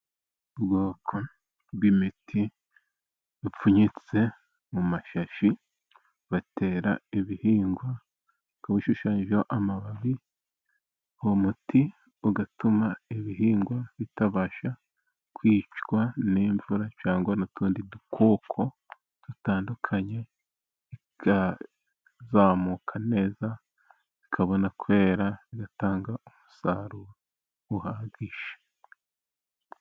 Ubwoko bw'imiti ipfunyitse mu mashashi batera ibihingwa. Ukaba ushushanyijeho amababi. Uwo muti ugatuma ibihingwa bitabasha kwicwa n'imvura, cyangwa n'utundi dukoko dutandukanye. Bikazamuka neza bikabona kwera, bigatanga umusaruro uhagije.